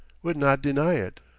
would not deny it.